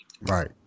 Right